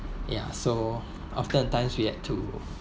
ya so often a time we had to